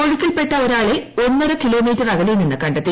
ഒഴുക്കിൽപ്പെട്ട ഒരാളെ ഒന്നര കിലോമീറ്റർ അകലെ നിന്ന് കണ്ടെത്തി